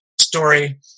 Story